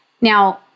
Now